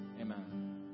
Amen